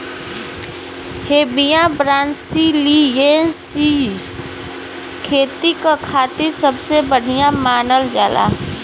Hevea brasiliensis खेती क खातिर सबसे बढ़िया मानल जाला